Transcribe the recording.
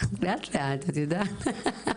ועוד.